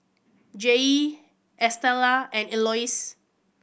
Jaye Estella and Elois